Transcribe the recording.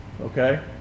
okay